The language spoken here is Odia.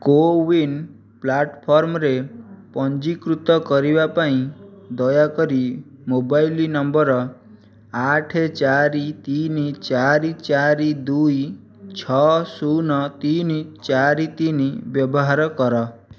କୋ ୱିନ୍ ପ୍ଲାଟଫର୍ମରେ ପଞ୍ଜୀକୃତ କରିବାପାଇଁ ଦୟାକରି ମୋବାଇଲ୍ ନମ୍ବର ଆଠ ଚାରି ତିନି ଚାରି ଚାରି ଦୁଇ ଛଅ ଶୂନ ତିନି ଚାରି ତିନି ବ୍ୟବହାର କର